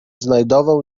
znajdował